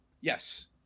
yes